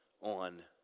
on